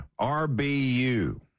RBU